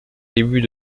début